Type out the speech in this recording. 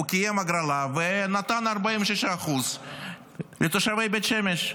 הוא קיים הגרלה, ונתן 46% לתושבי בית שמש.